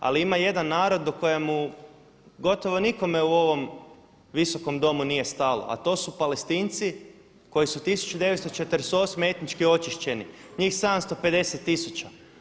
Ali ima jedan narod do kojemu gotovo nikome u ovom Visokom domu nije stalo, a to su Palestinci koji su 1948. etnički očišćeni njih 750000.